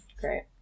great